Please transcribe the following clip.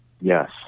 yes